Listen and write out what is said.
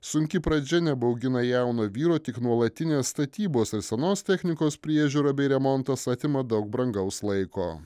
sunki pradžia nebaugina jauno vyro tik nuolatinės statybos ir senos technikos priežiūra bei remontas atima daug brangaus laiko